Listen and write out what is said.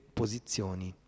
posizioni